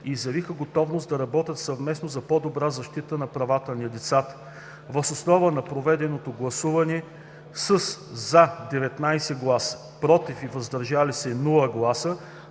и изявиха готовност да работят съвместно за по-добрата защита на правата на децата. Въз основа на проведеното гласуване със „за“ – 19 гласа, без „против“ и „въздържали се“,